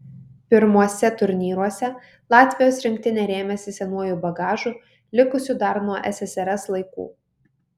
pirmuose turnyruose latvijos rinktinė rėmėsi senuoju bagažu likusiu dar nuo ssrs laikų